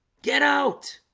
get out